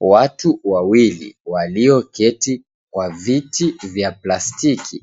Watu wawili, walioketi kwa viti vya plastiki,